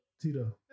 Tito